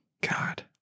God